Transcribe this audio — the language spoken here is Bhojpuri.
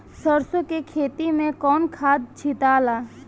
सरसो के खेती मे कौन खाद छिटाला?